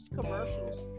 commercials